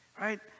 right